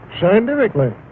scientifically